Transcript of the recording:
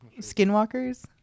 Skinwalkers